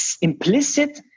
implicit